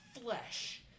flesh